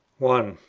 one.